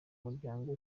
muryango